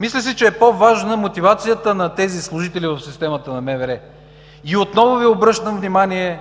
Мисля си, че е по-важна мотивацията на служителите в системата на МВР. Отново Ви обръщам внимание,